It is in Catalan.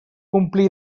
omplir